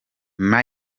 mikel